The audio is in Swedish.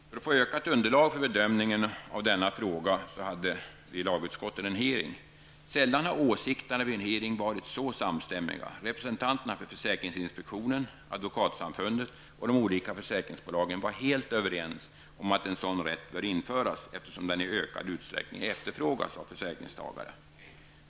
För att få ökat underlag för bedömning av denna fråga hade lagutskottet en hearing. Sällan har åsikterna vid en hearing varit så samstämmiga. Representanterna för försäkringsinspektionen, advokatsamfundet och de olika försäkringsbolagen var helt överens om att en sådan rätt bör införas, eftersom den i ökad utsträckning efterfrågas av försäkringstagare.